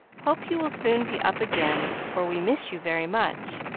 hope you will soon be up again, for we miss you very much.